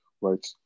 right